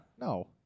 No